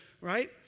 right